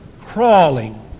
crawling